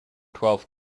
twelfth